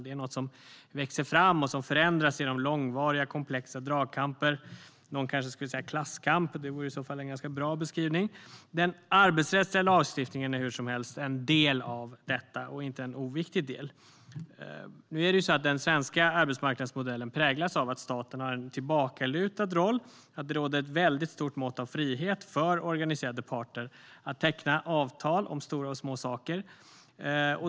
Det är något som växer fram och som förändras genom långvariga och komplexa dragkamper - någon kanske skulle säga klasskamp, och det vore ju i så fall en ganska bra beskrivning. Den arbetsrättsliga lagstiftningen är hur som helst en del av detta, och inte någon oviktig del. Nu är det så att den svenska arbetsmarknadsmodellen präglas av att staten har en tillbakalutad roll och att det råder ett väldigt stort mått av frihet för organiserade parter att teckna avtal om stora och små saker.